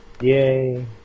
Yay